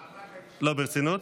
לא, ברצינות.